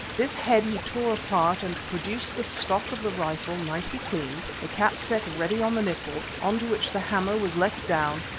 this head he tore apart and produced the stock of the rifle nicely cleaned, a cap set ready on the nipple, on to which the hammer was let down,